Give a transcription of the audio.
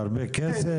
הרבה כסף?